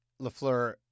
LaFleur